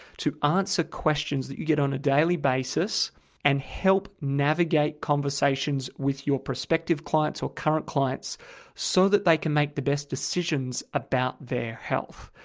to answer questions that you get on a daily basis and help navigate conversations with your prospective clients or current clients so that they can make the best decisions about their health.